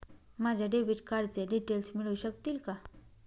माझ्या डेबिट कार्डचे डिटेल्स मिळू शकतील का?